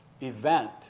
event